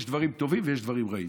יש דברים טובים ויש דברים רעים.